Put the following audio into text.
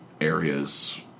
areas